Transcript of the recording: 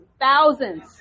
Thousands